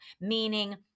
Meaning